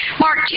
Mark